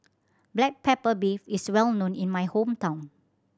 black pepper beef is well known in my hometown